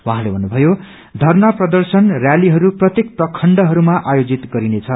उहाँले भन्नुभयो धरना प्रदर्शन रयालीहरू प्रत्येक प्रखण्डहरूमा आयोजित गरिनेछ